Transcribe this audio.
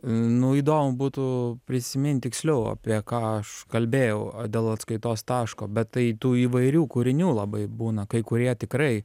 nu įdomu būtų prisimint tiksliau apie ką aš kalbėjau o dėl atskaitos taško bet tai tų įvairių kūrinių labai būna kai kurie tikrai